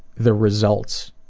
the results